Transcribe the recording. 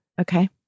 Okay